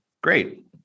Great